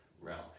realm